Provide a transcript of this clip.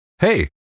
Hey